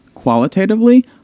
Qualitatively